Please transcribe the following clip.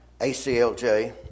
ACLJ